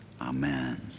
Amen